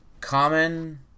common